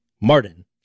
Martin